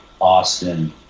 Austin